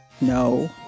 no